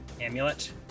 amulet